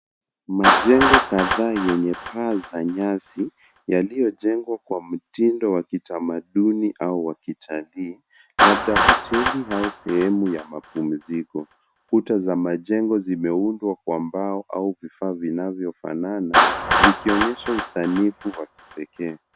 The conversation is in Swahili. Majengo kadhaa yenye paa za nyasi, yaliyojengwa kwa mtindo wa kitamaduni au wa kitalii, labda hoteli au sehemu ya mapumziko. Kuta za majengo zimeundwa kwa mbao au vifaa vinavyofanana, vikionyesha usanifu wa kipekee.